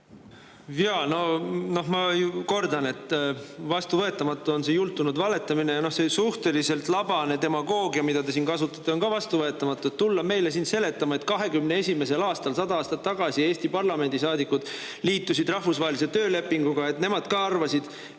No ma kordan, et vastuvõetamatu on see jultunud valetamine ja see suhteliselt labane demagoogia, mida te siin kasutate, on ka vastuvõetamatu. Tulla meile siin seletama, et 1921. aastal, sada aastat tagasi Eesti parlamendisaadikud liitusid Rahvusvahelise [Tööorganisatsiooniga], et nemad ka arvasid